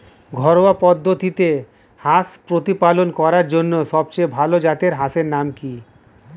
ঘরোয়া পদ্ধতিতে হাঁস প্রতিপালন করার জন্য সবথেকে ভাল জাতের হাঁসের নাম কি?